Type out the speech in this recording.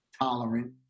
tolerant